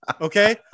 Okay